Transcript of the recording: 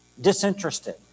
disinterested